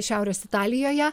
šiaurės italijoje